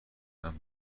اماخب